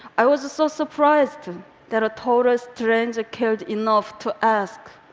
i was so surprised that a total stranger cared enough to ask.